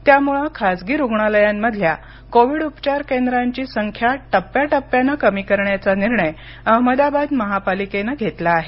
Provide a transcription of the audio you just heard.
त्यामुळे खाजगी रुग्णालयांमधल्या कोविड उपचार केंद्रांची संख्या टप्प्याटप्प्यानं कमी करण्याचा निर्णय अहमदाबाद महापालिकेनं घेतला आहे